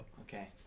Okay